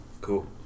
Cool